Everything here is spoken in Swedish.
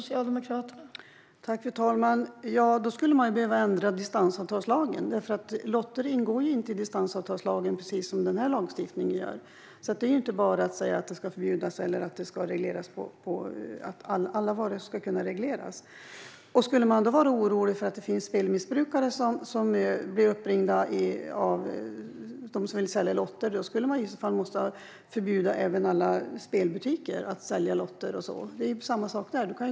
Fru talman! Då skulle man behöva distansavtalslagen. Lotter ingår inte i den lagen, precis som med den här lagstiftningen. Det är inte bara att säga att det ska förbjudas eller regleras. Skulle man vara orolig för att spelmissbrukare blir uppringda av någon som vill sälja lotter, då måste man förbjuda även alla spelbutiker att sälja lotter. Det är samma sak där.